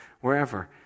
Wherever